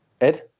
Ed